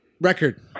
Record